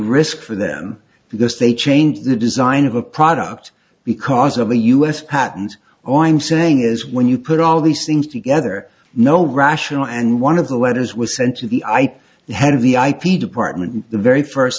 risk for them because they changed the design of a product because of a u s patent or i'm saying is when you put all these things together no rational and one of the letters were sent to the ip head of the ip department the very first